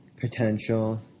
potential